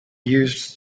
used